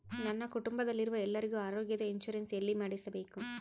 ನನ್ನ ಕುಟುಂಬದಲ್ಲಿರುವ ಎಲ್ಲರಿಗೂ ಆರೋಗ್ಯದ ಇನ್ಶೂರೆನ್ಸ್ ಎಲ್ಲಿ ಮಾಡಿಸಬೇಕು?